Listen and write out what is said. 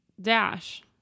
dash